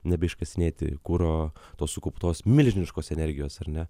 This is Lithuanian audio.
nebeiškasinėti kuro tos sukauptos milžiniškos energijos ar ne